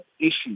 issues